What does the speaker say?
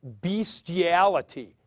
bestiality